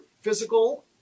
physical